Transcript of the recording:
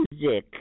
music